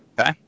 Okay